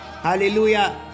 Hallelujah